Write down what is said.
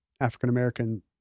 African-American